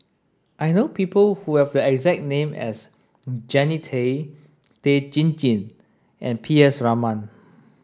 I know people who have a exact name as Jannie Tay Tan Chin Chin and P S Raman